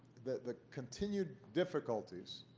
the continued difficulties